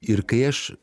ir kai aš